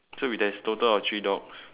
so we there's total of three dogs